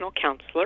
counselor